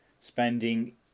spending